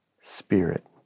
spirit